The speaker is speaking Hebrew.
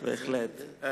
בהחלט.